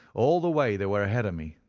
all the way they were ahead of me,